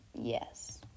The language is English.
yes